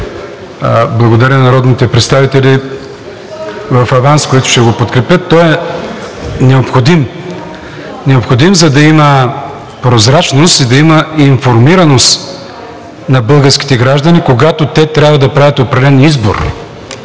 аванс на народните представители, които ще го подкрепят. Той е необходим. Необходим, за да има прозрачност и да има информираност на българските граждани, когато те трябва да правят определен избор.